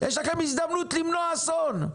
יש לכם הזדמנות למנוע אסון.